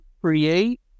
create